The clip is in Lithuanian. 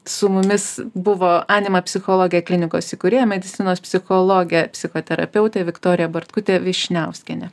su mumis buvo anima psichologė klinikos įkūrėja medicinos psichologė psichoterapeutė viktorija bartkutė vyšniauskienė